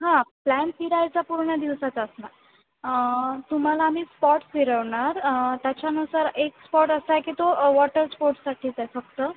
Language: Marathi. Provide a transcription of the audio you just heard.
हां प्लॅन फिरायचा पूर्ण दिवसाचा असणार तुम्हाला आम्ही स्पॉटस् फिरवणार त्याच्यानुसार एक स्पॉट असा आहे की तो वॉटरस्पॉट्ससाठीच आहे फक्त